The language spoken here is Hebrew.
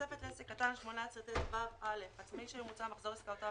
"תוספת לעסק קטן 18טו. (א) עצמאי שממוצע מחזור עסקאותיו